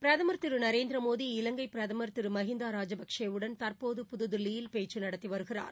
பிரதமர் திரு நரேந்திர மோடி இலங்கை பிரதமர் திரு மகிந்தா ராஜபக்சேவுடன் தற்போது புதுதில்லியில் பேச்சு நடத்தி வருகிறார்